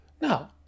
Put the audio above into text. Now